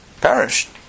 perished